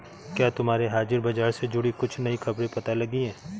क्या तुम्हें हाजिर बाजार से जुड़ी कुछ नई खबरें पता लगी हैं?